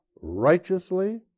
righteously